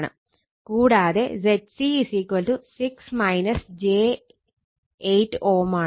കൂടാതെ Zc Ω ആണ്